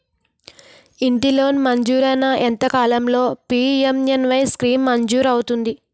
ఇంటి లోన్ మంజూరైన ఎంత కాలంలో పి.ఎం.ఎ.వై స్కీమ్ మంజూరు అవుతుంది?